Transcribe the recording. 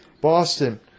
Boston